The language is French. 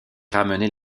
ramener